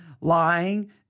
lying